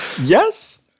Yes